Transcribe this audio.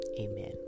Amen